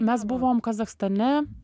mes buvom kazachstane